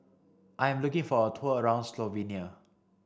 I am looking for a tour around Slovenia